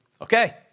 Okay